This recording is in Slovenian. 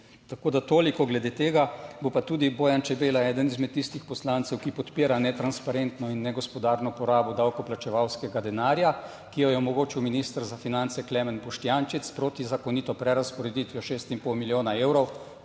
Tako da toliko glede tega, bo pa tudi Bojan Čebela eden izmed tistih poslancev, ki podpira netransparentno in negospodarno porabo davkoplačevalskega denarja, ki jo je omogočil minister za finance Klemen Boštjančič s protizakonito prerazporeditvijo šest in pol milijona evrov